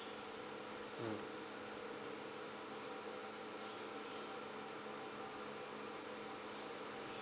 mm